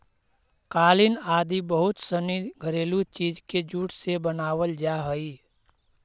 कालीन आदि बहुत सनी घरेलू चीज के जूट से बनावल जा हइ